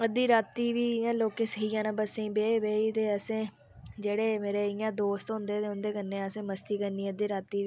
ते अद्धी रातीं भी इनें लोकें सेई जाना बेही बेही ते असें जेह्ड़े मेरे इंया दोस्त होंदे उंदे कन्नै असें मस्ती करनी अद्धी रातीं बी